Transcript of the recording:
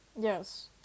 Yes